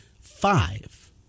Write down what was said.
five